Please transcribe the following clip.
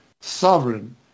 sovereign